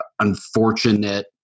unfortunate